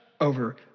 over